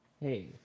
hey